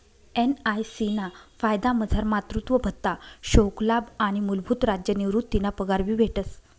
NIC ना फायदामझार मातृत्व भत्ता, शोकलाभ आणि मूलभूत राज्य निवृतीना पगार भी भेटस